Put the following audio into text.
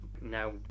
now